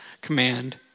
command